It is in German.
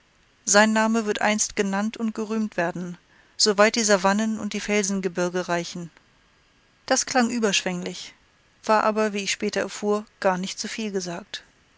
sein name wird einst genannt und gerühmt werden so weit die savannen und die felsengebirge reichen das klang überschwänglich war aber wie ich später erfuhr gar nicht zu viel gesagt